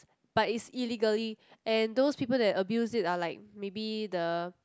but is illegally and those people that abuse it are like maybe the